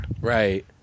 Right